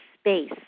space